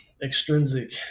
Extrinsic